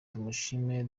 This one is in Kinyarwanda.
tumushime